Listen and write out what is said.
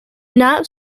not